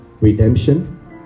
redemption